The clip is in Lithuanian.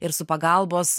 ir su pagalbos